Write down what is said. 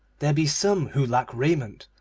there be some who lack raiment,